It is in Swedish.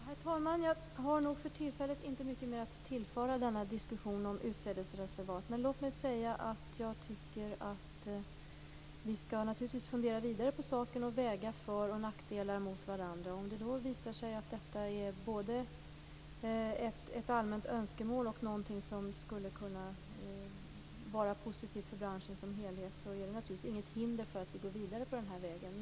Herr talman! Jag har nog för tillfället inte mycket mer att tillföra denna diskussion om utsädesreservat. Men jag tycker att vi naturligtvis skall fundera vidare på saken och väga för och nackdelar mot varandra. Om det då visar sig att detta är både ett allmänt önskemål och något som skulle kunna vara positivt för branschen som helhet är det inget som hindrar att vi går vidare på den vägen.